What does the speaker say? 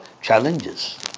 challenges